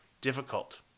difficult